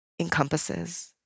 encompasses